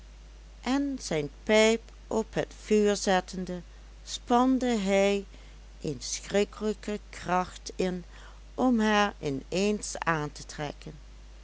en zijn pijp op het vuur zettende spande hij een schrikkelijke kracht in om haar ineens aan te trekken